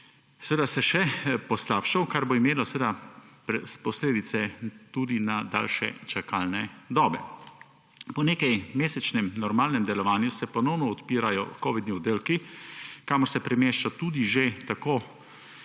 seveda še poslabšal, kar bo imelo seveda za posledico tudi daljše čakalne dobe. Po nekajmesečnem normalnem delovanju se ponovno odpirajo kovidni oddelki, kamor se premešča tudi že tako